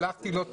שלחתי לו את